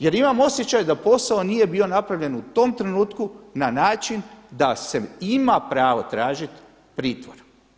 Jer imam osjećaj da posao nije bio napravljen u tom trenutku na način da se ima pravo tražiti pritvor.